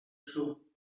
shoe